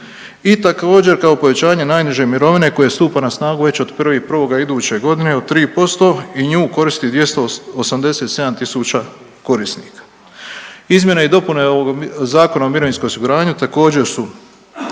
i također, kao povećanje najniže mirovine koje stupa na snagu već od 1.1. iduće godine od 3% i nju koristi 287 tisuća korisnika. Izmjene i dopune ovog Zakona o mirovinskom osiguranju također su